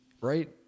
right